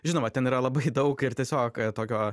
žinoma ten yra labai daug ir tiesiog tokio